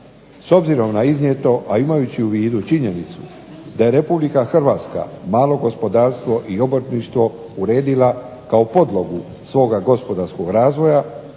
S obzirom na iznijeto, a imajući u vidu činjenicu da je Republika Hrvatska malo gospodarstvo i obrtništvo uredila kao podlogu svoga gospodarskog razvoja